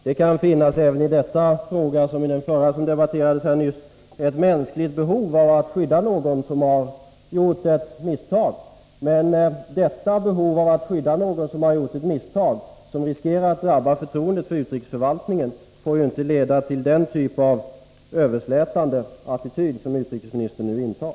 Det kan i denna fråga, lika väl som i den förra som debatterades, finnas ett mänskligt behov att skydda någon som har gjort ett misstag. Men behovet att skydda någon som gjort ett misstag som riskerar att drabba förtroendet för utrikesförvaltningen får ju inte leda till den typ av överslätande attityd som utrikesministern nu intar.